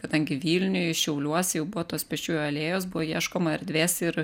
kadangi vilniuj šiauliuose jau buvo tos pėsčiųjų alėjos buvo ieškoma erdvės ir